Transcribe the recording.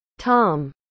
Tom